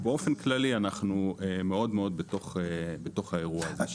באופן כללי, אנחנו מאוד בתוך האירוע הזה.